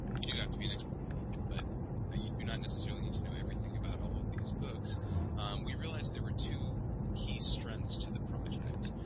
you do have to be an expert, but ah you do not necessarily need to know everything about all of these books we realized there were two key strengths to the project.